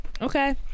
Okay